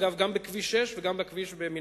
אגב, גם בכביש 6 וגם במנהרות-הכרמל,